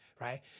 right